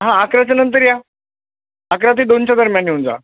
हां अकराच्या नंतर या अकरा ते दोनच्या दरम्यान येऊन जा